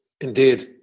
Indeed